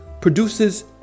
produces